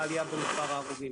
בעלייה במספר ההרוגים.